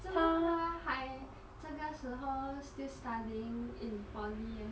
怎么他这个时候 still studying in poly leh